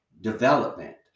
development